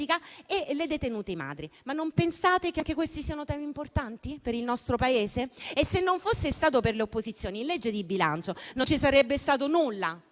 e le detenute madri. Ma non pensate che anche questi siano temi importanti per il nostro Paese? Se non fosse stato per le opposizioni, in legge di bilancio non ci sarebbe stato nulla